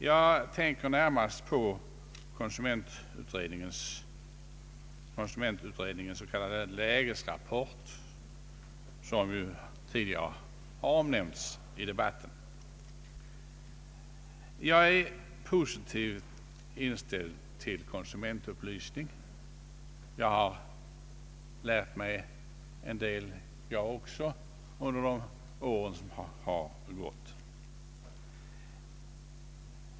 Jag tänker närmast på konsumentutredningens s.k. lägesrapport, som tidigare omnämnts i debatten. Jag är positivt inställd till konsumentupplysning. Även jag har lärt mig en del under de år som gått.